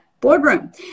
Boardroom